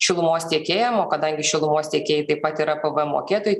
šilumos tiekėjam o kadangi šilumos tiekėjai taip pat yra pvm mokėtojai